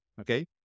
Okay